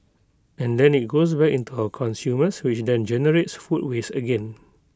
and then IT goes back into our consumers which then generates food waste again